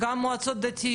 את הנושא של מועצות דתיות,